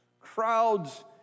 crowds